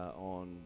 on